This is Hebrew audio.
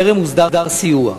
טרם הוסדר סיוע.